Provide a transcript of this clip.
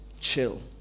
chill